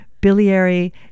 biliary